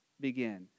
begin